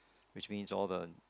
which means all the